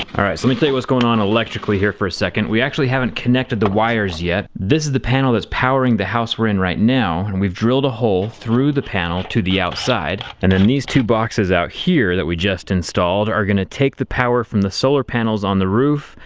alright so let me tell you what's going on electrically here for a second. we actually haven't connected the wires yet. this is the panel that's powering the house we're in right now and we've drilled a hole through the panel to the outside. and then these two boxes out here that we just installed are going to take the power from the solar panels on the roof,